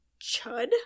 Chud